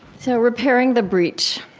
so, repairing the breach.